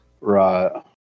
Right